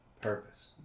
purpose